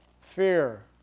fear